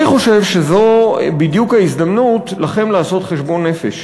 אני חושב שזאת בדיוק ההזדמנות שלכם לעשות חשבון נפש.